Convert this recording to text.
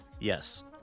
Yes